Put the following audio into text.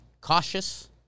cautious